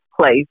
place